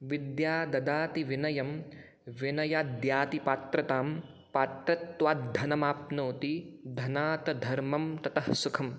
विद्या ददाति विनयं विनयाद्याति पात्रतां पात्रात्वात् धनमाप्नोति धनात् धर्मम् तत सुखं